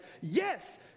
yes